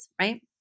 Right